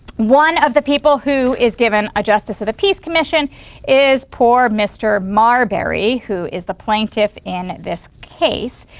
one of the people who is given a justice of the peace commission is poor mr. marbury who is the plaintiff in this case.